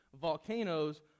volcanoes